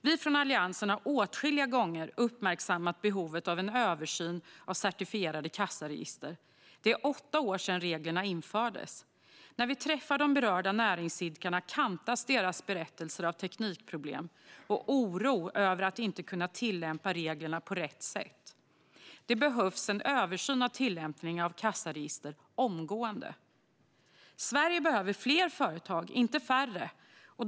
Vi från Alliansen har åtskilliga gånger uppmärksammat behovet av en översyn av certifierade kassaregister. Det är åtta år sedan reglerna infördes. När vi träffar de berörda näringsidkarna kantas deras berättelser av teknikproblem och oro över att inte kunna tillämpa reglerna på rätt sätt. Det behövs en översyn av tillämpningen av kassaregister - omgående! Sverige behöver fler företag, inte färre.